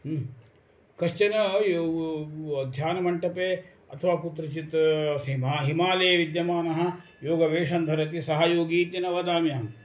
कश्चनः यो ध्यानमण्डपे अथवा कुत्रचित् हिमा हिमालये विद्यमानः योगवेशं धरति सः योगीति न वदाम्यहम्